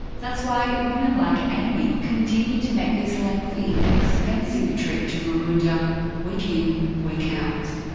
that's why women like amy continue to make this lengthy and expensive trip to maroondah week in, week out.